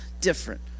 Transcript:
different